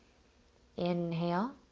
inhale,